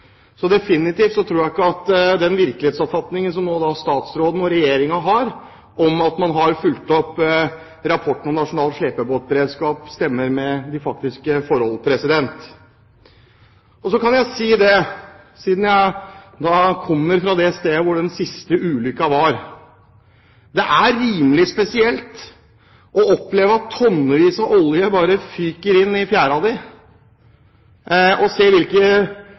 så definitivt tror jeg ikke at den virkelighetsoppfatningen som statsråden og Regjeringen har, om at man har fulgt opp rapporten om nasjonal slepebåtberedskap, stemmer med de faktiske forhold. Jeg kan si, siden jeg kommer fra det stedet hvor den siste ulykken var, at det er rimelig spesielt å oppleve at tonnevis av olje bare fyker inn i fjæra, og se hvilke